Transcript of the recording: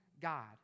God